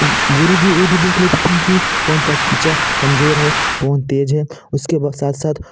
गुरु जी ये भी देख लेते थे कि कौन बच्चा कमजोर है कौन तेज है उसके साथ साथ